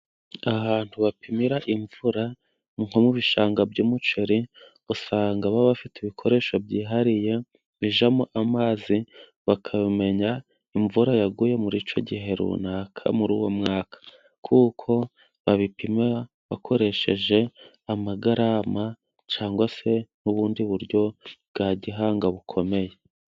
Ahantu bapimira imvura nko mu ibishanga by'umuceri. Usanga baba bafite ibikoresho byihariye bijyamo amazi bakamenya imvura yaguye muri icyo gihe runaka muri uwo mwaka. Kuko babipima bakoresheje amagarama cyangwa se n'ubundi buryo bwa gihanga bukomeye.